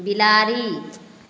बिलाड़ि